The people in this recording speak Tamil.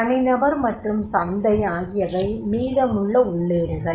தனிநபர் மற்றும் சந்தை ஆகியவை மீதமுள்ள உள்ளீடுகள்